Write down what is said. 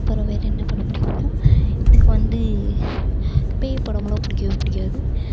அப்புறோம் வேறு என்ன படம் பிடிக்குனா எனக்கு வந்து பேய் படம்லாம் பிடிக்கவே பிடிக்காது